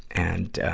and,